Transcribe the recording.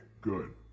good